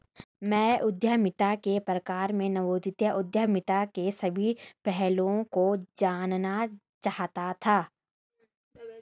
मैं उद्यमिता के प्रकार में नवोदित उद्यमिता के सभी पहलुओं को जानना चाहता था